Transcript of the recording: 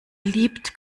liebt